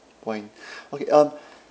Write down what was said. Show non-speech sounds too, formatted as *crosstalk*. whine okay um *breath*